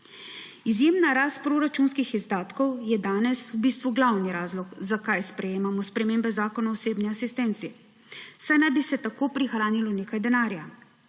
Izjemna rast proračunskih izdatkov je danes v bistvu glavni razlog, zakaj sprejemamo spremembe Zakona o osebni asistenci, saj naj bi se tako prihranilo nekaj denarja,